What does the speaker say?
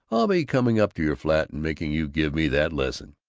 i'll be coming up to your flat and making you give me that lesson.